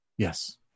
Yes